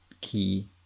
key